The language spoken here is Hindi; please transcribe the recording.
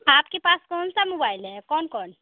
आपके पास कौन सा मोबाइल है कौन कौन